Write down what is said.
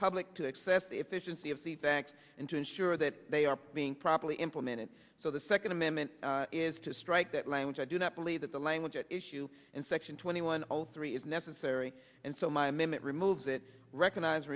public to access the efficiency of the facts and to ensure that they are being properly implemented so the second amendment is to strike that language i do not believe that the language at issue in section twenty one all three is necessary and so my minute removes it recognize